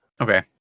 Okay